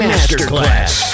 Masterclass